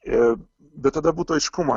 ir bet tada būtų aiškumo